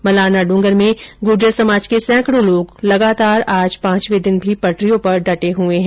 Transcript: मलारनाडुंगर में गुर्जर समाज के सैंकडों लोग लगातार आज पांचवे दिन भी पटरियों पर डटे हुए हैं